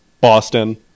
Boston